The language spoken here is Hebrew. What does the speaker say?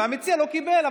והמציע לא קיבל.